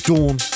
Dawn